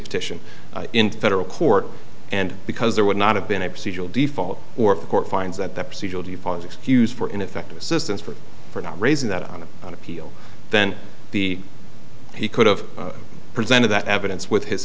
petition in federal court and because there would not have been a procedural default or if the court finds that the procedural defunds excuse for ineffective assistance for for not raising that on a on appeal then the he could have presented that evidence with his